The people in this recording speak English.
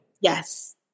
Yes